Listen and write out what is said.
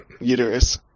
uterus